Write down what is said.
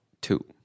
two